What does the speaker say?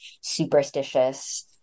superstitious